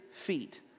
feet